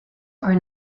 are